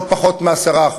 לא פחות מ-10%.